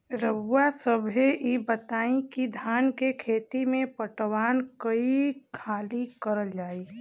रउवा सभे इ बताईं की धान के खेती में पटवान कई हाली करल जाई?